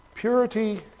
Purity